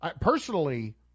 Personally